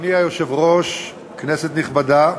אדוני היושב ראש, כנסת נכבדה,